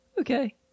okay